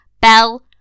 Bell